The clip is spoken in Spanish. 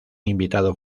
invitado